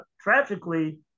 tragically